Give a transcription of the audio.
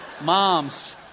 moms